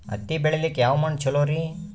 ಹತ್ತಿ ಬೆಳಿಲಿಕ್ಕೆ ಯಾವ ಮಣ್ಣು ಚಲೋರಿ?